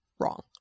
wrong